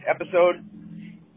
episode